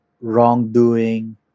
wrongdoing